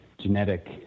genetic